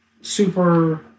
super